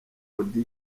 auddy